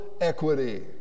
equity